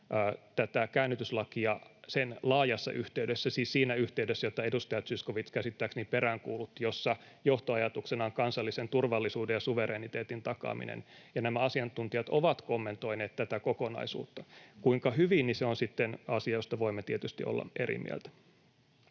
tätä käännytyslakia sen laajassa yhteydessä, siis siinä yhteydessä, jota edustaja Zyskowicz käsittääkseni peräänkuulutti, jossa johtoajatuksena on kansallisen turvallisuuden ja suvereniteetin takaaminen, ja nämä asiantuntijat ovat kommentoineet tätä kokonaisuutta. Kuinka hyvin, se on sitten asia, josta voimme tietysti olla eri mieltä.